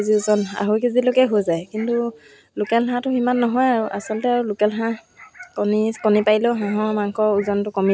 কামটো কৰি চিলাই তাৰপিছত ঊল গুঠা কামটো মই কৰিছিলোঁ তথাপিও চিলাই কামটোৰ প্ৰতি মই বেছি আগ্ৰহী আছিলোঁ